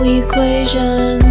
equation